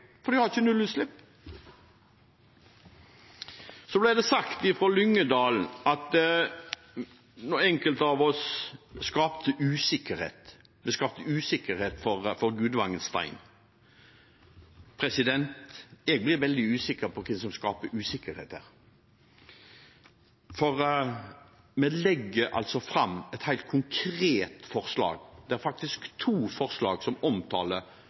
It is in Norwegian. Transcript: for de har ikke nullutslipp. Så ble det sagt fra Lyngedal at enkelte av oss skaper usikkerhet for Gudvangen Stein. Jeg blir veldig usikker på hvem som skaper usikkerhet her. Vi legger altså fram et helt konkret forslag, det er faktisk to forslag, som omtaler